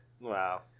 Wow